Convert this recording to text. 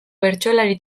bertsolari